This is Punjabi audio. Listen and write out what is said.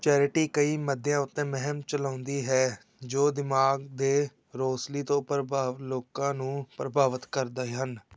ਚੈਰਿਟੀ ਕਈ ਮੱਦਿਆਂ ਉੱਤੇ ਮੁਹਿੰਮ ਚਲਾਉਂਦੀ ਹੈ ਜੋ ਦਿਮਾਗ ਦੇ ਰੌਸਲੀ ਤੋਂ ਪ੍ਰਭਾਵਿਤ ਲੋਕਾਂ ਨੂੰ ਪ੍ਰਭਾਵਿਤ ਕਰਦੇ ਹਨ